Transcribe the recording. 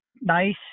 nice